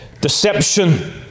deception